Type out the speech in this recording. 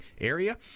area